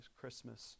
Christmas